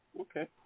Okay